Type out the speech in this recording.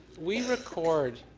we record